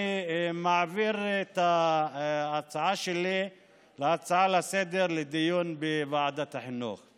אני הופך את ההצעה שלי להצעה לסדר לדיון בוועדת החינוך.